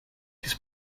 his